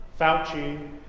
Fauci